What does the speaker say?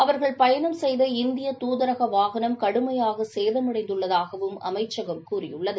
அவர்கள் பயணம் சுசெய்த இந்திய தூதரக வாகனம் கடுமையாக சேதமடைந்துள்ளதாகவும் அமைச்சகம் கூறியுள்ளது